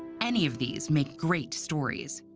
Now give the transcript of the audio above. any of these make great stories,